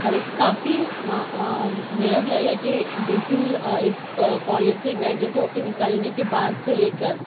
اور ایک کافی میرا خیال ہے کہ بالکل اِس کالج سے گریجوٹ ہو کے نکلنے کے بعد سے لے کر